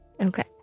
Okay